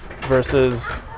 versus